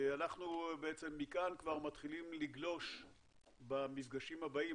מכאן אנחנו מתחילים לגלוש במפגשים הבאים,